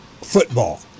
football